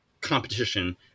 competition